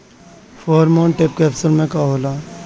Pheromone trap capsule में का होला?